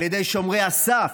על ידי שומרי הסף,